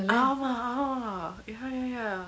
ஆமா:aama ah ya ya ya